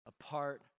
apart